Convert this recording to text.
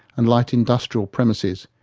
and light industrial premises,